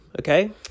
okay